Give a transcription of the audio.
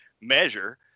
measure